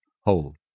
whole